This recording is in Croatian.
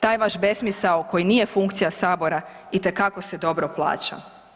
Taj vaš besmisao koji nije funkcija Sabora itekako se dobro plaća.